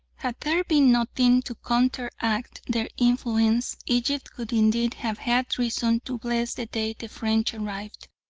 had there been nothing to counteract their influence egypt would indeed have had reason to bless the day the french arrived,